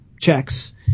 checks